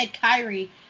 Kyrie